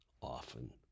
often